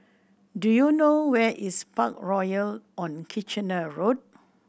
do you know where is Parkroyal on Kitchener Road